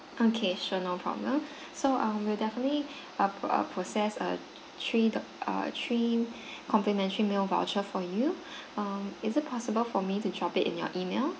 okay sure no problem so um we'll definitely uh pro~ uh process uh three err three complimentary meal voucher for you err is it possible for me to drop it in your email